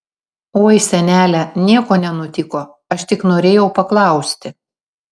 oi senele nieko nenutiko aš tik norėjau paklausti